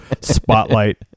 spotlight